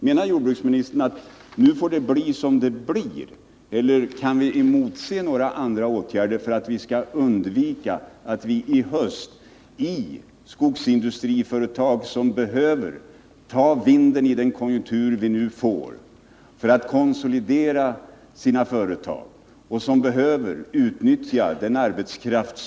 Menar jordbruksministern att nu får det bli som det blir? Skogsindustriföretagen behöver ta vinden i den konjunktur vi nu får för att konsolidera företagen. De kan utnyttja sin arbetskraft.